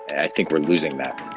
i think we are losing that.